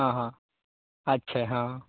हॅं हॅं अच्छा हॅं